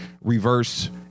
reverse